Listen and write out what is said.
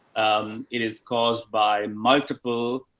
um, it is caused by multiple,